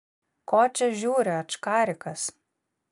ko čia žiūri ačkarikas